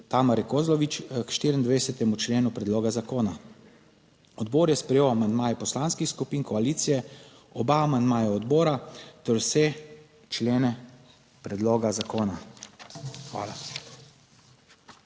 Tamare Kozlovič k 24. členu predloga zakona. Odbor je sprejel amandmaje poslanskih skupin koalicije, oba amandmaja odbora ter vse člene predloga zakona. Hvala.